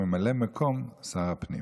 ממלא מקום שר הפנים.